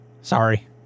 sorry